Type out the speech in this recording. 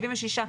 76 אחוזים.